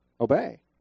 obey